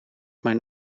mijn